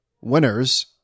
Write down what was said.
winners